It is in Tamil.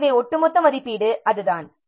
எனவே ஒட்டுமொத்த மதிப்பீடு அதுதான்